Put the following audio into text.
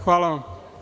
Hvala vam.